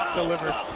delivered.